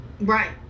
Right